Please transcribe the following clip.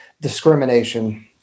discrimination